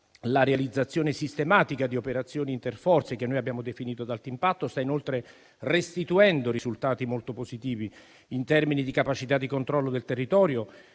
la realizzazione sistematica di operazioni interforze, che noi abbiamo definito ad alto impatto, sta inoltre restituendo risultati molto positivi in termini di capacità di controllo del territorio,